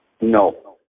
No